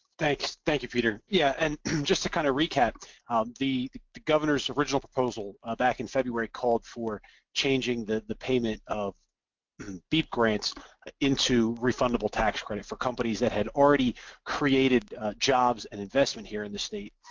thank thank you, peter. and yeah, and just to kind of recap the governor's original proposal back in february called for changing the the payment of beep grants into refundable tax credit for companies that had already created jobs and investment here in the state,